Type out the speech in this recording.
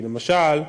למשל,